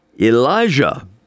Elijah